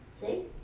See